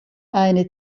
eine